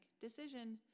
decision